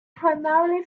primarily